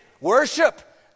Worship